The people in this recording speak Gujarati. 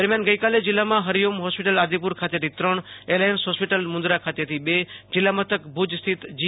દરમિયાનગઈકાલે જિલ્લામાં હરિ ઓમ હોસ્પિટલ આદિપુરે ખાતેથી ત્રણએલાયન્સ હોસ્પિટલ મુન્દ્રા ખાતેથી બે જિલ્લામથક ભુજસ્થિત જી